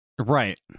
Right